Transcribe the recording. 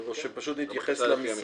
שצריך להקריא או שפשוט נתייחס למסמך?